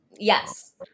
Yes